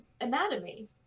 anatomy